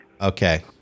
Okay